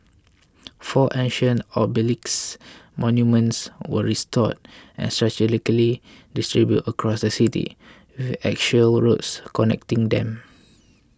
four ancient obelisks monuments were restored and strategically distributed across the city with axial roads connecting them